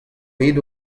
bet